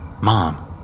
Mom